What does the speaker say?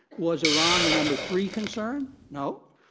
was iran the number three concern? no.